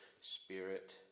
spirit